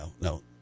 no